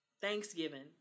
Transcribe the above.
Thanksgiving